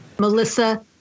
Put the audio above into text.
Melissa